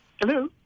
Hello